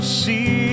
see